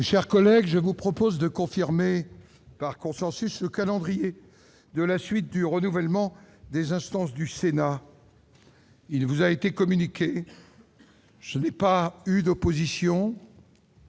Mes chers collègues, je vous propose de confirmer par consensus le calendrier de la suite du renouvellement des instances du Sénat, tel qu'il vous a été communiqué. Remise à la présidence